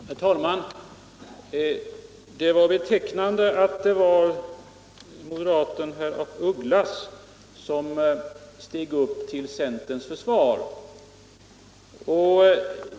Herr talman! Det är betecknande att det var moderaten herr af Ugglas som steg upp till centerns försvar.